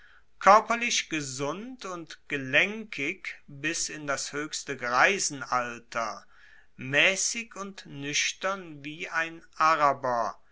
koerperlich gesund und gelenkig bis in das hoechste greisenalter maessig und nuechtern wie ein araber